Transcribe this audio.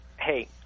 Hey